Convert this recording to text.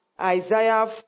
Isaiah